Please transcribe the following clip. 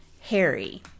Harry